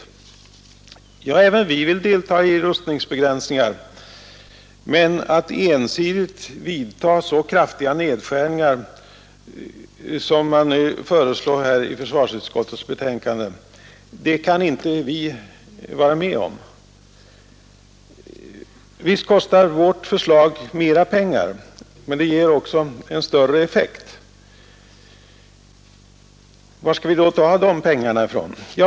Även vi vill delta i rustningsbegränsningar, men att ensidigt vidta så kraftiga nedskärningar som man föreslår i försvarsutskottets betänkande kan vi inte vara med om. Visst kostar vårt förslag mer pengar men det ger också en större effekt. Var skall vi då ta de pengarna ifrån?